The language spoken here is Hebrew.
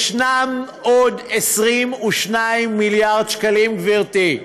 ישנם עוד 22 מיליארד שקלים, גברתי,